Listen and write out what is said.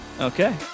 okay